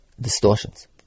distortions